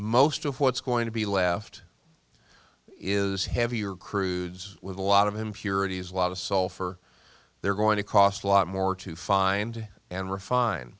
most of what's going to be left is heavier crudes with a lot of impurities a lot of sulfur they're going to cost a lot more to find and refine